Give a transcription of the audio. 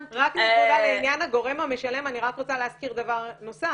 נקודה לעניין הגורם המשלם אני רק רוצה להזכיר דבר נוסף